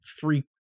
three